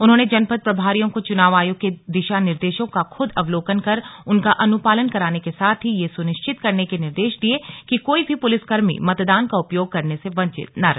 उन्होंने जनपद प्रभारियों को चुनाव आयोग के दिशा निर्देशों का खुद अवलोकन कर उनका अनुपालन कराने के साथ ही यह सुनिश्चित करने के निर्देश दिये कि कोई भी पुलिसकर्मी मतदान का उपयोग करने से वंचित न रहे